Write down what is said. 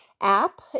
app